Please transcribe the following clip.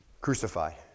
crucified